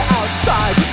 outside